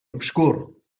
obscur